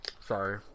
sorry